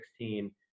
2016